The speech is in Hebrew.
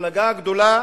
מפלגה גדולה